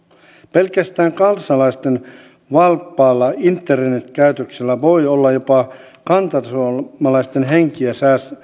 pelkästään kansalaisten valppaalla internetkäytöksellä voi olla jopa kantasuomalaisten henkiä